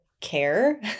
care